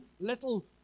little